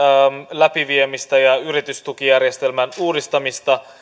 läpiviemistä ja ja yritystukijärjestelmän uudistamista